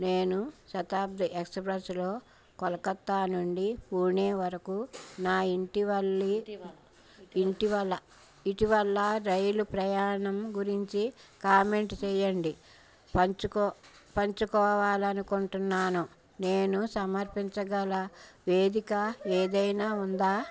నేను శతాబ్ది ఎక్స్ప్రెస్లో కోల్కతా నుండి పూణే వరకు నా ఇటీవల రైలు ప్రయాణం గురించి కామెంట్ చేయండి పంచుకోవాలి అనుకుంటున్నాను నేను సమర్పించగల వేదిక ఏదైన ఉందా